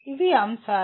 ఇవి అంశాలు